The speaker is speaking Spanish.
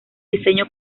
diseño